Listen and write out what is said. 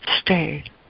Stay